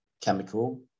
chemical